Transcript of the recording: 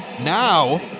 Now